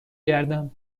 گردم